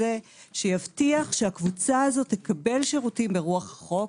שיבטיח שהקבוצה הזו תקבל שירותים ברוח החוק,